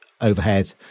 overhead